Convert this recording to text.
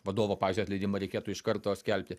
vadovo pavyzdžiui atleidimą reikėtų iš karto skelbti